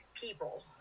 people